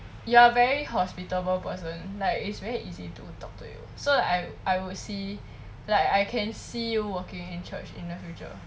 you are a very hospitable person like it's very easy to talk to you so I I would see like I can see you working in church in the future